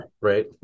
right